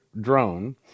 drone